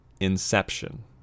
Inception